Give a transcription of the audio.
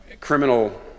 criminal